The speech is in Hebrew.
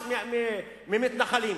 ממתנחלים.